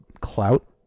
clout